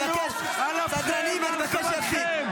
סדרנים, אני מבקש שיפסיק.